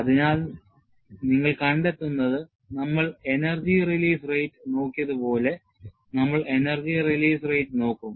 അതിനാൽ നിങ്ങൾ കണ്ടെത്തുന്നത് നമ്മൾ energy release rate നോക്കിയതുപോലെ നമ്മൾ energy release rate നോക്കും